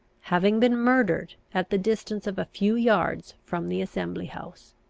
having been murdered at the distance of a few yards from the assembly house.